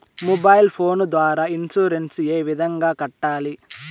mobile phone ద్వారా insurance ఏ విధంగా కట్టాలి